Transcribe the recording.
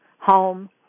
home